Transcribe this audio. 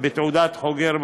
בתעודת חוגר בבחירות,